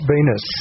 Venus